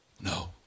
No